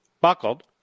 buckled